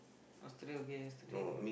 yesterday okay yesterday